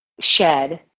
shed